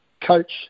coach